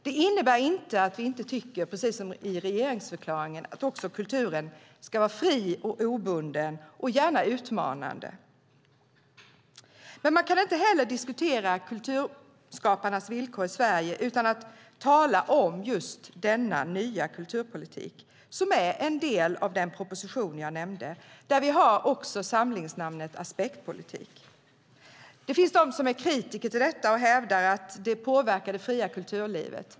Det innebär inte att vi inte tycker, precis som i regeringsförklaringen, att kulturen också ska vara fri och obunden och gärna utmanande. Man kan heller inte diskutera kulturskaparnas villkor i Sverige utan att tala om just denna nya kulturpolitik. Den är en del av den proposition som jag nämnde där vi också har samlingsnamnet aspektpolitik. Det finns de som är kritiker till detta och hävdar att det påverkar det fria kulturlivet.